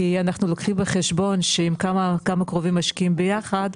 כי אנחנו לוקחים בחשבון שאם כמה קרובים משקיעים ביחד,